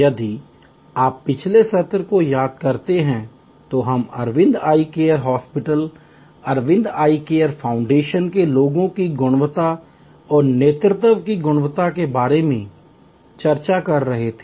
यदि आप पिछले सत्र को याद करते हैं तो हम Aravind eye care hospital Aravind eye care foundation के लोगों की गुणवत्ता और नेतृत्व की गुणवत्ता के बारे में चर्चा कर रहे थे